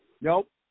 Nope